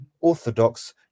orthodox